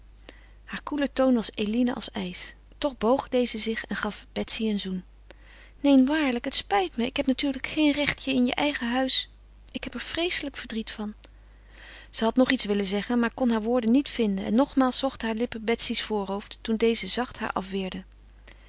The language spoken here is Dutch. haar koele toon was eline als ijs toch boog deze zich en gaf betsy een zoen neen waarlijk het spijt me ik heb natuurlijk geen recht je in je eigen huis ik heb er vreeselijk verdriet van ze had nog iets willen zeggen maar kon haar woorden niet vinden en nogmaals zochten haar lippen betsy's voorhoofd toen deze zacht haar afweerde